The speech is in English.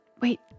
wait